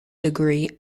degree